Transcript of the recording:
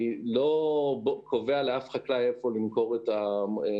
אני לא קובע לאף חקלאי איפה למכור את המוצרים